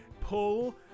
pull